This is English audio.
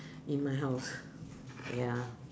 in my house ya